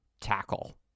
tackle